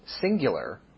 singular